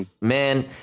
man